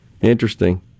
Interesting